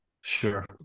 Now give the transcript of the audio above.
Sure